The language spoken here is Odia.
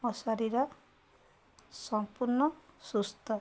ମଶାରୀର ସମ୍ପୂର୍ଣ୍ଣ ସୁସ୍ଥ